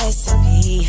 Recipe